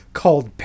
called